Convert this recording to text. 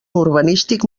urbanístic